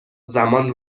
زمان